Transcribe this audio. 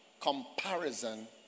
comparison